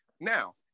Now